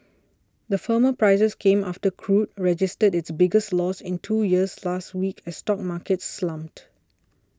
the firmer prices came after crude registered its biggest loss in two years last week as stock markets slumped